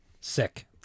Sick